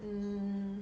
mm